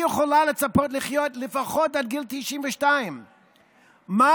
יכולה לצפות לחיות לפחות עד גיל 92. מה